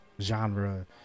genre